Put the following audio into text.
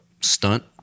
stunt